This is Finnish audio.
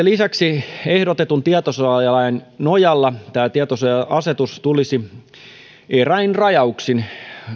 lisäksi ehdotetun tietosuojalain nojalla tämä tietosuoja asetus tulisi eräin rajauksin